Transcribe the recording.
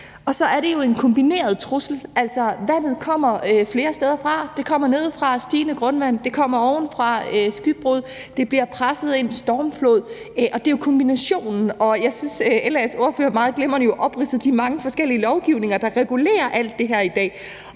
er det en kombineret trussel. Altså, vandet kommer flere steder fra. Det kommer nedefra med stigende grundvand. Det kommer ovenfra med skybrud. Det bliver presset ind med stormflod. Det er jo kombinationen. Og jeg synes, at LA's ordfører meget glimrende opridsede de mange forskellige lovgivninger, der regulerer alt det her i dag.